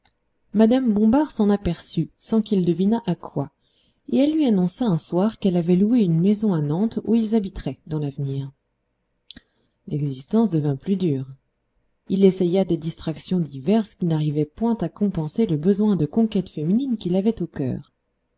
mme bombard s'en aperçut sans qu'il devinât à quoi et elle lui annonça un soir qu'elle avait loué une maison à nantes où ils habiteraient dans l'avenir l'existence devint plus dure il essaya des distractions diverses qui n'arrivaient point à compenser le besoin de conquêtes féminines qu'il avait au coeur